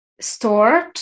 stored